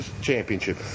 Championship